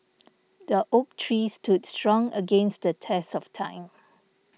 the oak tree stood strong against the test of time